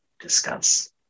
discuss